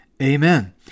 Amen